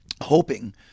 hoping